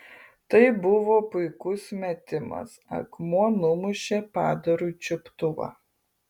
tai buvo puikus metimas akmuo numušė padarui čiuptuvą